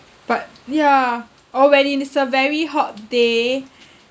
but yeah or when it is a very hot day